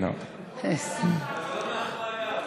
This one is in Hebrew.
זה לא מאחורי הגב.